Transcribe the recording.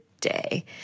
day